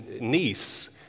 niece